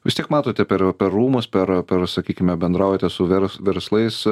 vis tiek matote per per rūmus per per sakykime bendraujate su vers verslais